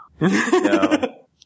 No